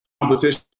competition